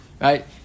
right